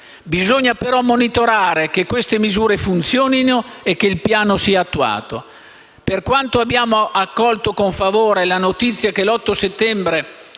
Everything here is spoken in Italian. Bisogna però monitorare che queste misure funzionino e che il piano sia attuato. Per questo abbiamo accolto con favore la notizia che l'8 settembre